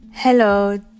Hello